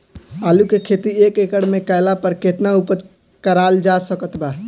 आलू के खेती एक एकड़ मे कैला पर केतना उपज कराल जा सकत बा?